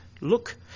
Look